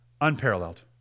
Unparalleled